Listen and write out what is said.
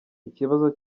ikibazo